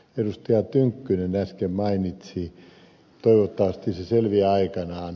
tynkkynen äsken mainitsi toivottavasti se selviää aikanaan